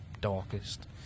darkest